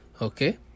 Okay